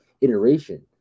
iteration